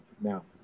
now